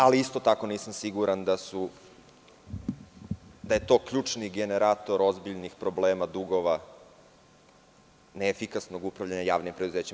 Ali, isto tako, nisam siguran da je to ključni generator ozbiljnih problema, dugova i neefikasnog upravljanja javnim preduzećima.